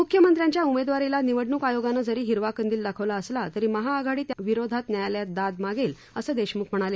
म्ख्यमंत्र्यांच्या उमेदवारीला निवडण्क आयोगाने जरी हिरवा कंदील दाखवला असला तरी महाआघाडी त्या विरोधात न्यायालयात दाद मागेल असं देशम्ख म्हणाले